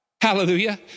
Hallelujah